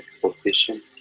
position